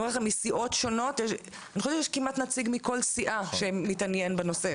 אני חושבת שיש נציג כמעט מכל סיעה שמתעניין בנושא,